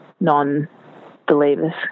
non-believers